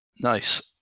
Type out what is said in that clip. Nice